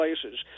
places